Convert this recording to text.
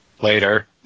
later